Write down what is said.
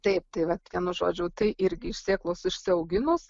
taip tai vat vienu žodžiu tai irgi iš sėklos išsiauginus